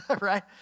right